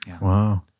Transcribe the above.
Wow